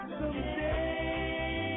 someday